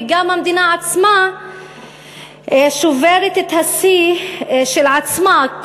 וגם המדינה עצמה שוברת את השיא של עצמה,